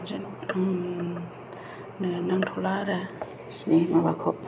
जेनेबा आंनो नांथ'ला आरो नोंसोरनिखौ